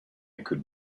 could